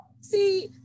See